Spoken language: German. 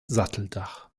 satteldach